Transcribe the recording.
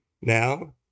Now